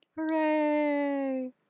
Hooray